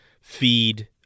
feed